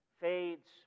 fades